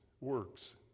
works